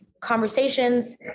conversations